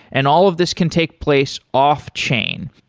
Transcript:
and all of this can take place off-chain.